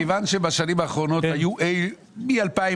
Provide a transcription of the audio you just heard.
מכיוון שבשנים האחרונות היו מ-2019,